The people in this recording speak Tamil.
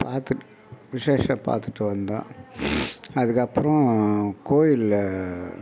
பார்த்துட்டு விசேஷம் பார்த்துட்டு வந்தோம் அதுக்கப்புறம் கோயிலில்